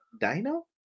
dino